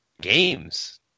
games